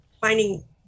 finding